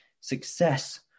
success